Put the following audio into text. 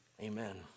Amen